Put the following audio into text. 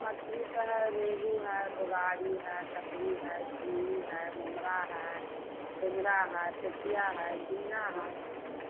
मछली तो है राहु है बोगाड़ी है कतरी है सिंगी है मोमरा है तिंगना है पोठिया है झींगा है